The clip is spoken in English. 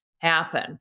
happen